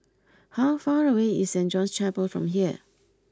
how far away is Saint John's Chapel from here